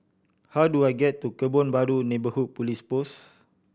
how do I get to Kebun Baru Neighbourhood Police Post